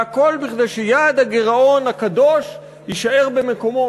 והכול כדי שיעד הגירעון הקדוש יישאר במקומו,